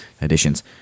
additions